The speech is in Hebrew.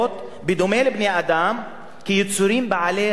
בדומה לבני-האדם, כאל יצורים בעלי רגשות,